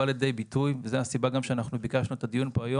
בא לידי ביטוי באירועי פברואר וזאת הסיבה שביקשנו את הדיון היום.